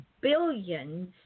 billions